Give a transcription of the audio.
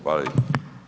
Hvala lijepo.